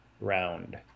round